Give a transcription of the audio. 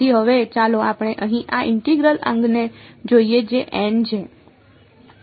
તેથી હવે ચાલો આપણે અહીં આ ઇન્ટિગ્રલ અંગને જોઈએ જે છે